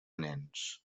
nens